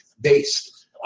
based